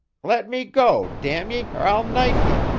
let me go, damn ye, or i'll knife ye!